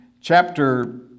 chapter